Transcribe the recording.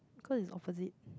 cause it's opposite